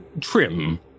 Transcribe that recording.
trim